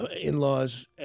in-laws